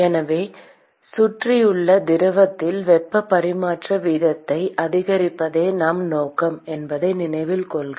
எனவே சுற்றியுள்ள திரவத்தில் வெப்ப பரிமாற்ற வீதத்தை அதிகரிப்பதே நம் நோக்கம் என்பதை நினைவில் கொள்க